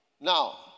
Now